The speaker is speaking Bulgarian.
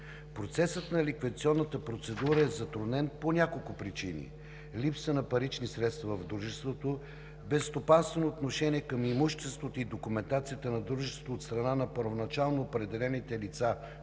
Процесът на ликвидационната процедура е затруднен по няколко причини: липса на парични средства на дружеството, безстопанствено отношение към имуществото и документацията на дружеството от страна на първоначално определените лица